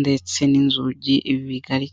ndetse n'inzugi bigari.